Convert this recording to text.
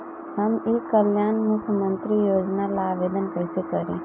हम ई कल्याण मुख्य्मंत्री योजना ला आवेदन कईसे करी?